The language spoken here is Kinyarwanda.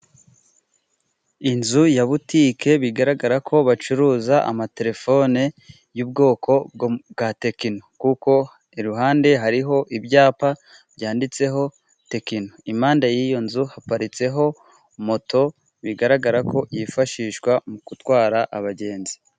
Inzu ya butique, bigaragara ko bacuruza, amatelefone y'ubwoko bwa techno. Kuko iruhande hariho, ibyapa byanditseho techno. impande y'iyo nzu haparitseho moto, bigaragara ko yifashishwa mu gutwara abagenzi.